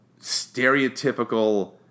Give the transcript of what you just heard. stereotypical